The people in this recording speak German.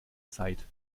zeit